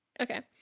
Okay